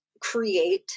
create